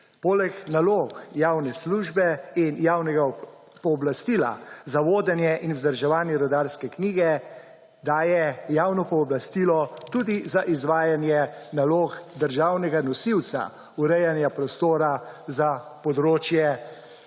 poleg nalog javne službe in javnega pooblastila za vodenje in vzdrževanje rudarske knjige daje javno pooblastilo tudi za izvajanje nalog državnega nosilca urejanja prostora za področje